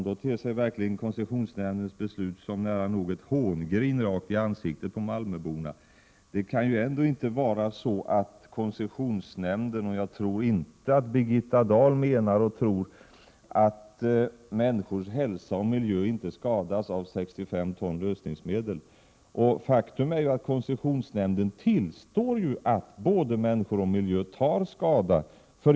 Då ter sig koncessionsnämndens beslut nära nog som ett hångrin rakt i ansiktet på malmöborna. Det kan ju ändå inte vara så att koncessionsnämnden tror — och det förmodar jag att inte heller Birgitta Dahl gör — att människors hälsa och miljö inte skadas av 65 ton lösningsmedel. Faktum är att koncessionsnämnden tillstår att både människor och miljö tar skada.